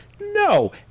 no